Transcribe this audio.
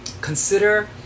consider